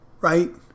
right